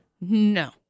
No